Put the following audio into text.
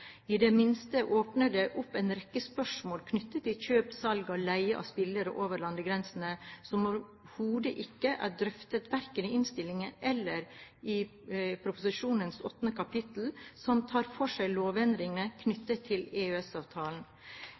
I det minste åpner det opp for en rekke spørsmål knyttet til kjøp, salg og leie av spillere over landegrensene, som overhodet ikke er drøftet, verken i innstillingen eller i proposisjonens kapittel 8, som tar for seg lovendringene knyttet til